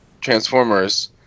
Transformers